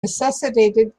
necessitated